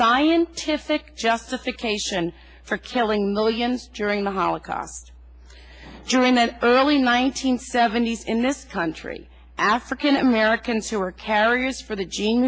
scientific justification for killing millions during the holocaust during the early one nine hundred seventy s in this country african americans who are carriers for the gene